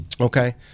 okay